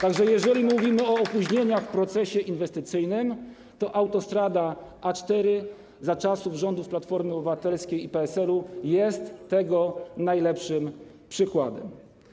Tak że jeżeli mówimy o opóźnieniach w procesie inwestycyjnym, to autostrada A4 za czasów rządów Platformy Obywatelskiej i PSL-u jest tego najlepszym przykładem.